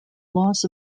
loss